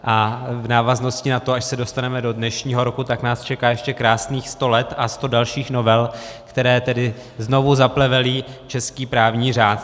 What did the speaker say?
A v návaznosti na to, až se dostaneme do dnešního roku, tak nás čeká ještě krásných sto let a sto dalších novel, které tedy znovu zaplevelí český právní řád.